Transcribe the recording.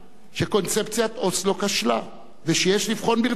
שקונספציית אוסלו כשלה ושיש לבחון ברצינות